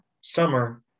summer